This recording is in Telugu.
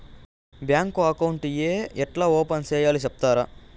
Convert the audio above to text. బ్యాంకు అకౌంట్ ఏ ఎట్లా ఓపెన్ సేయాలి సెప్తారా?